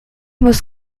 muss